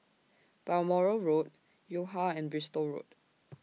Balmoral Road Yo Ha and Bristol Road